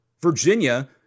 Virginia